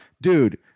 dude